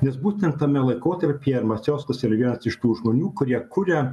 nes būtent tame laikotarpyje macijauskas yra vienas iš tų žmonių kurie kuria